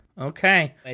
Okay